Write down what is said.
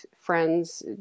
friends